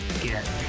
Get